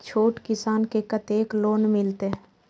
छोट किसान के कतेक लोन मिलते?